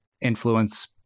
influence